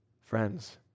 Friends